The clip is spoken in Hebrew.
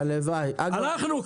הלכנו,